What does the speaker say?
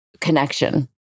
connection